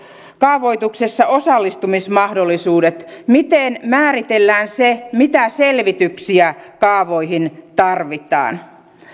kaavoituksessa osallistumismahdollisuudet miten määritellään se mitä selvityksiä kaavoihin tarvitaan